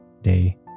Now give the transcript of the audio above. day